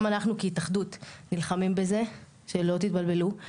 גם אנחנו כהתאחדות נלחמים בזה, שלא תתבלבלו.